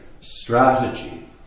strategy